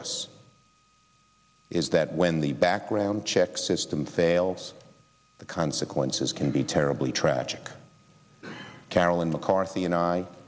us is that when the background check system fails the consequences can be terribly tragic carolyn mccarthy and